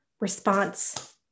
response